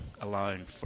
alone